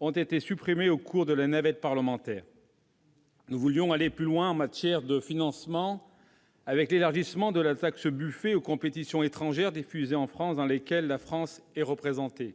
ont été supprimés au cours de la navette parlementaire. Nous voulions aller plus loin en matière de financement, avec l'élargissement de la taxe Buffet aux compétitions étrangères diffusées en France dans lesquelles la France est représentée.